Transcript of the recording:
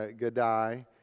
Gadai